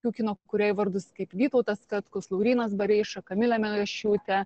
tokių kino kūrėjų vardus kaip vytautas katkus laurynas bareiša kamilė melošiūtė